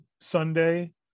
Sunday